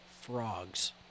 frogs